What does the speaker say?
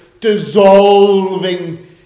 dissolving